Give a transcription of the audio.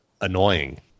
annoying